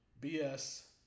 BS